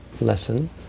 lesson